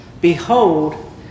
behold